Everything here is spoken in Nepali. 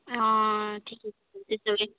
ठिक्कै